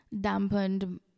dampened